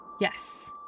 Yes